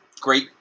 Great